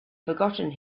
forgotten